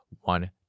one